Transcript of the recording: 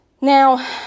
Now